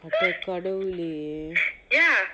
அடக்கடவுளே:adakkadavule